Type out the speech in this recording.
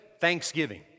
thanksgiving